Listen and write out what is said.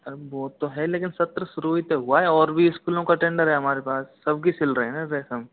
अरे वो तो है लेकिन सत्र शुरू ही तो हुआ है और भी स्कूलों का टेंडर है हमारे पास सबकी सिल रहे है ना ड्रेस हम